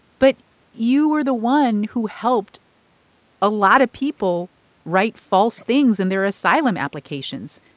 but you were the one who helped a lot of people write false things in their asylum applications,